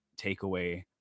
takeaway